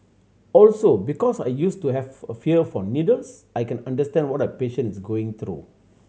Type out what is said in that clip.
also because I used to have a fear for needles I can understand what a patient is going through